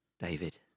David